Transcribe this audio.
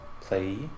play